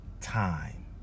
time